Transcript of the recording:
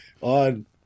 on